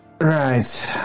Right